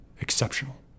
exceptional